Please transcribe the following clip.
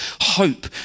Hope